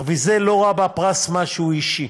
אך ויזל לא ראה בפרס משהו אישי,